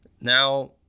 now